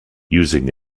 using